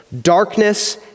Darkness